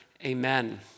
amen